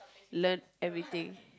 learn everything